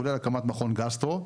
כולל הקמת מכון גסטרו.